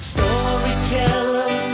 Storyteller